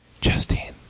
Justine